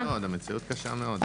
המציאות קשה מאוד.